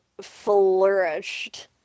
flourished